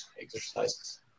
exercises